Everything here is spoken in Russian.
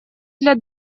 для